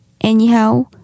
anyhow